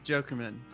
Jokerman